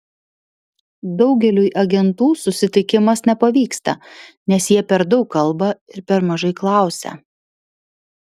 daugeliui agentų susitikimas nepavyksta nes jie per daug kalba ir per mažai klausia